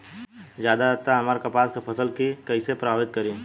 ज्यादा आद्रता हमार कपास के फसल कि कइसे प्रभावित करी?